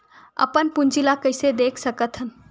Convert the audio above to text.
अपन पूंजी ला कइसे देख सकत हन?